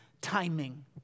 timing